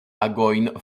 agojn